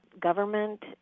government